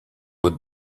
had